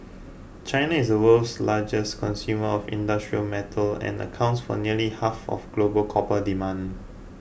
China is the world's largest consumer of industrial metals and accounts for nearly half of global copper demand